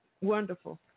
Wonderful